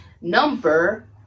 number